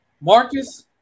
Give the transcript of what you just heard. Marcus